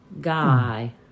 Guy